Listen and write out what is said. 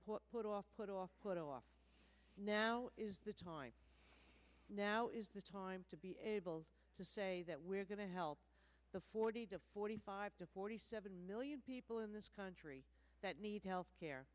to put off put off put off now is the time now is the time to be able to say that we're going to help the forty to forty five to forty seven million people in this country that need health care